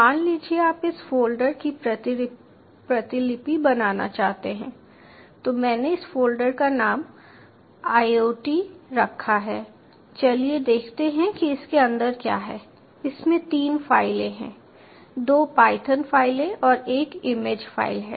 मान लीजिए आप इस फ़ोल्डर की प्रतिलिपि बनाना चाहते हैं तो मैंने इस फ़ोल्डर का नाम IoT रखा है चलिए देखते हैं कि इसके अंदर क्या है इसमें तीन फाइलें हैं दो पायथन फाइलें और एक इमेज फ़ाइल है